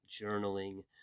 journaling